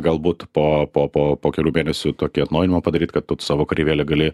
galbūt po po po po kelių mėnesių tokį atnaujinimą padaryt kad tut tad savo kareivėlį gali